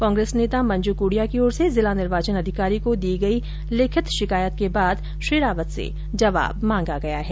कांग्रेसी नेता मंजू कूडिया की ओर से जिला निर्वाचन अधिकारी को दी गई लिखित शिकायत के बाद श्री रावत से जवाब मांगा गया है